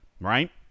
right